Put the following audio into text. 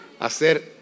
Hacer